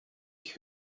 ich